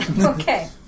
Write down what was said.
Okay